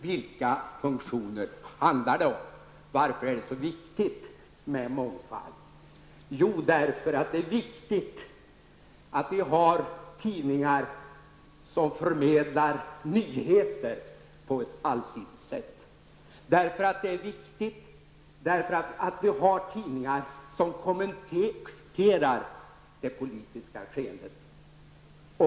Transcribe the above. Vilka funktioner handlar det då om och varför är det så viktigt med mångfald? Jo, för det första därför att det är viktigt att vi har tidningar som förmedlar nyheter på ett allsidigt sätt. För det andra är det viktigt att vi har tidningar som kommenterar det politiska skeendet.